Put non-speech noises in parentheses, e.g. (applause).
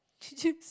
(laughs)